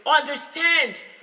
understand